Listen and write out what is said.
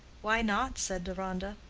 why not? said deronda.